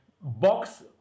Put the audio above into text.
box